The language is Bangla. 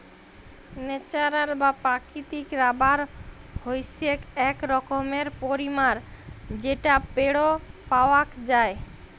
ন্যাচারাল বা প্রাকৃতিক রাবার হইসেক এক রকমের পলিমার যেটা পেড় পাওয়াক যায়